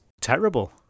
terrible